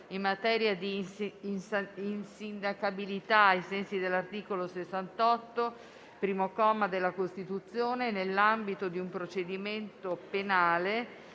in materia di insindacabilità ai sensi dell'articolo 68, primo comma, della Costituzione, nell'ambito di un procedimento penale